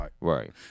Right